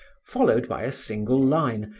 followed by a single line,